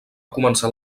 començar